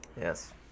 Yes